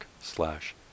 slash